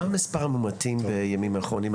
מה מספר המאומתים בימים האחרונים,